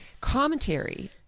commentary